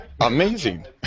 Amazing